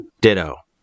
Ditto